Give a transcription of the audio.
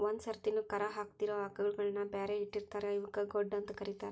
ಒಂದ್ ಸರ್ತಿನು ಕರಾ ಹಾಕಿದಿರೋ ಆಕಳಗಳನ್ನ ಬ್ಯಾರೆ ಇಟ್ಟಿರ್ತಾರ ಇವಕ್ಕ್ ಗೊಡ್ಡ ಅಂತ ಕರೇತಾರ